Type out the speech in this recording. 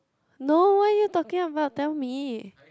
no what are you talking about tell me